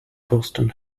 boston